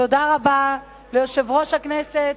תודה רבה ליושב-ראש הכנסת,